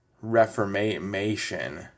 reformation